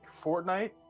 fortnite